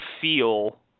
feel